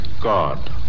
God